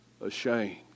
ashamed